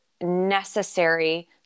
necessary